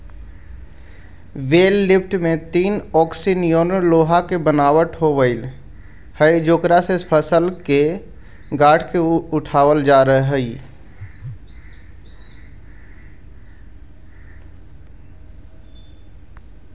बेल lifter में तीन ओंकसी निअन लोहा के बनावट होवऽ हई जेकरा से फसल के गाँठ के उठावल जा हई